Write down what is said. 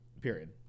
Period